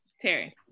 Terry